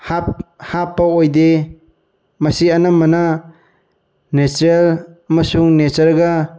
ꯍꯥꯞꯄ ꯑꯣꯏꯗꯦ ꯃꯁꯤ ꯑꯅꯝꯕꯅ ꯅꯦꯆꯔꯦꯜ ꯑꯃꯁꯨꯡ ꯅꯦꯆꯔꯒ